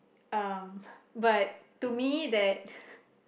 um but to me that